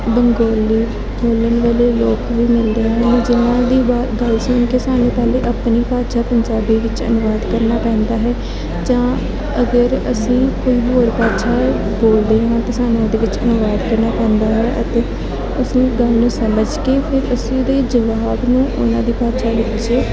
ਬੰਗਾਲੀ ਬੋਲਣ ਵਾਲੇ ਲੋਕ ਵੀ ਮਿਲਦੇ ਹਨ ਜਿਨ੍ਹਾਂ ਦੀ ਗੱਲ ਗੱਲ ਸੁਣ ਕੇ ਸਾਨੂੰ ਪਹਿਲਾਂ ਆਪਣੀ ਭਾਸ਼ਾ ਪੰਜਾਬੀ ਵਿੱਚ ਅਨੁਵਾਦ ਕਰਨਾ ਪੈਂਦਾ ਹੈ ਜਾਂ ਫਿਰ ਅਗਰ ਅਸੀਂ ਕੋਈ ਹੋਰ ਭਾਸ਼ਾ ਬੋਲਦੇ ਹਾਂ ਤਾਂ ਸਾਨੂੰ ਉਹਦੇ ਵਿੱਚ ਅਨੁਵਾਦ ਕਰਨਾ ਪੈਂਦਾ ਹੈ ਅਤੇ ਉਸਨੂੰ ਗੱਲ ਸਮਝ ਕੇ ਫਿਰ ਉਹਦੇ ਜਵਾਬ ਨੂੰ ਉਨ੍ਹਾਂ ਦੀ ਭਾਸ਼ਾ ਵਿੱਚ